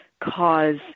cause